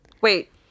Wait